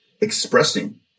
expressing